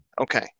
Okay